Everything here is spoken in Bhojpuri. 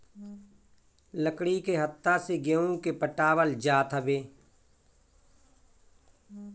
लकड़ी के हत्था से गेंहू के पटावल जात हवे